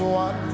one